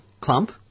clump